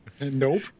Nope